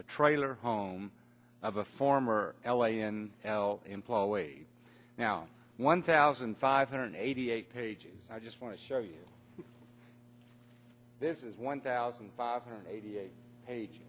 the trailer home of a former l a in el employ way now one thousand five hundred eighty eight pages i just want to show you this is one thousand five hundred eighty eight page